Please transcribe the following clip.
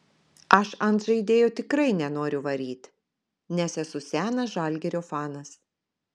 aš ant žaidėjo tikrai nenoriu varyt nes esu senas žalgirio fanas